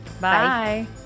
Bye